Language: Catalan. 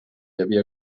havia